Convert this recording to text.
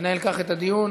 לנהל כך את הדיון.